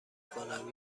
کنم